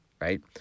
right